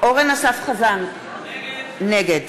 אורן אסף חזן, נגד